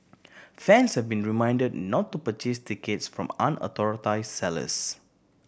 fans have been reminded not to purchase tickets from sellers